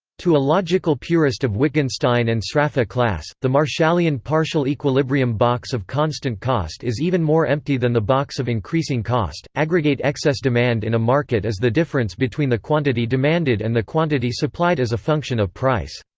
to a logical purist of wittgenstein and sraffa class, the marshallian partial equilibrium box of constant cost is even more empty than the box of increasing cost aggregate excess demand in a market is the difference between the quantity demanded and the quantity supplied as a function of price.